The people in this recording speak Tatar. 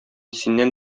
синнән